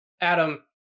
Adam